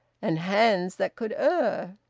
and hands that could err.